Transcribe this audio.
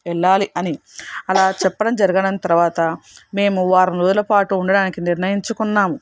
వెళ్లాలి అని అలా చెప్పడం జరగడం తర్వాత మేము వారం రోజులపాటు ఉండడానికి నిర్ణయించుకున్నాము